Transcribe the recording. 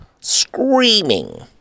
screaming